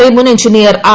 A മുൻ എഞ്ചിനീയർആർ